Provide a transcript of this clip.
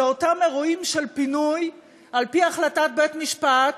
אלה אותם אירועים של פינוי על-פי החלטת בית-משפט,